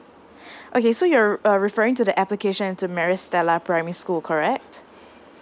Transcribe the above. okay so you're uh referring to the application to maris stella primary school correct